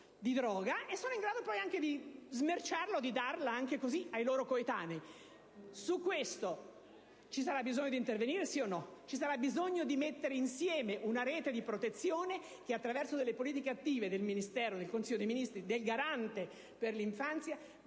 pillola di droga, di smerciarla e darla ai loro coetanei. Su questo ci sarà bisogno di intervenire, sì o no? Occorrerà mettere insieme una rete di protezione che, attraverso delle politiche attive del Ministero, del Consiglio dei ministri, del Garante per l'infanzia,